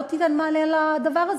לא ייתנו מענה לדבר הזה.